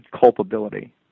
culpability